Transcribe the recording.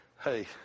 hey